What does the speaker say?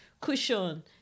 cushion